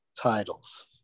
titles